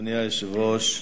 אדוני היושב-ראש,